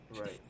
right